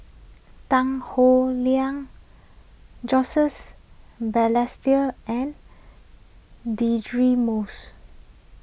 Tan Howe Liang Balestier and Deirdre Moss